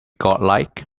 godlike